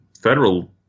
federal